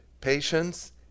patience